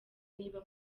niba